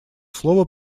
слово